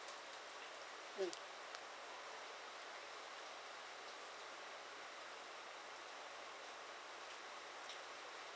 mm